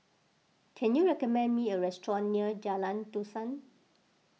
can you recommend me a restaurant near Jalan Dusun